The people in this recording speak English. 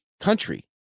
country